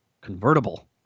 convertible